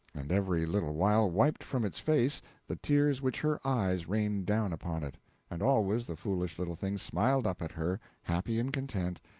and every little while wiped from its face the tears which her eyes rained down upon it and always the foolish little thing smiled up at her, happy and content,